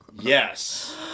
Yes